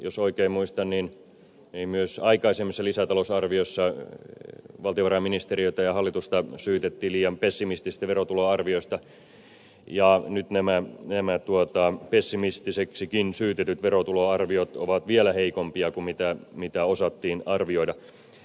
jos oikein muistan niin myös aikaisemmissa lisätalousarvioissa valtiovarainministeriötä ja hallitusta syytettiin liian pessimistisistä verotuloarvioista ja nyt nämä pessimistiseksikin syytetyt verotuloarviot ovat vielä heikompia kuin osattiin arvioida